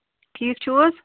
ٹھیٖک چھِو حظ